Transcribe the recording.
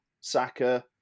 Saka